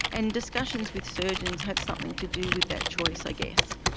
and discussions with surgeons have something to do with that choice i guess.